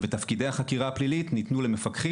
ותפקידי החקירה הפלילית ניתנו למפקחים,